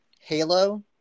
Halo